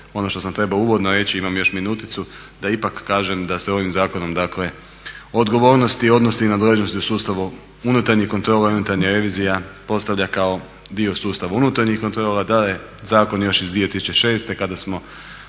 ono što sam trebao uvodno reći, imam još minuticu, da ipak kažem da se ovim zakonom dakle odgovornost odnosi i na …/Govornik se ne razumije./… unutarnjih kontrola i unutarnja revizija postavlja kao dio sustava unutarnjih kontrola,